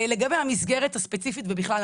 לגבי המסגרת הספציפית ובכלל.